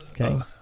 Okay